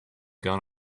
gone